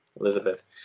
Elizabeth